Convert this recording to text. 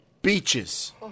Beaches